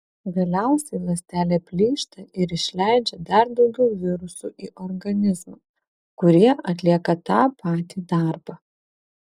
galiausiai ląstelė plyšta ir išleidžia dar daugiau virusų į organizmą kurie atlieka tą patį darbą